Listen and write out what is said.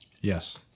yes